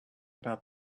about